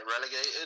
relegated